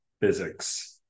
physics